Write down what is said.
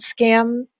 scam